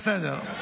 בסדר.